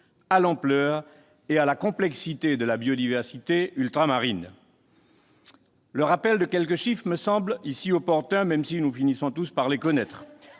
à l'ampleur et à la complexité de la biodiversité ultramarine. Le rappel de quelques chiffres me semble opportun, même si nous finissons tous par les connaître